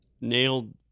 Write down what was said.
nailed